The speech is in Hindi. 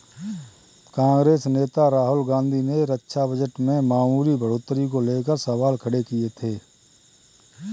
कांग्रेस नेता राहुल गांधी ने रक्षा बजट में मामूली बढ़ोतरी को लेकर सवाल खड़े किए थे